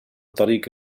طريق